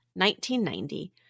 1990